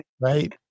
right